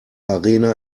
arena